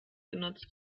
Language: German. genutzt